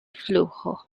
flujo